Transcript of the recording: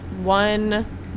one